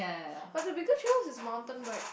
but the bigger trails is mountain bike